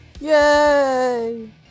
Yay